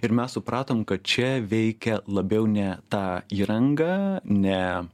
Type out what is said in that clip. ir mes supratom kad čia veikia labiau ne ta įranga ne